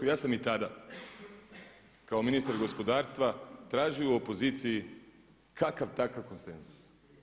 Ja sam i tada kao ministar gospodarstva tražio u opoziciji kakav takav konsenzus.